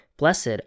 Blessed